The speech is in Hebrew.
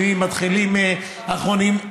מי אחרונים.